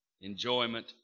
enjoyment